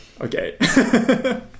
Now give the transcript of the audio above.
okay